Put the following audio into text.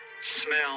smell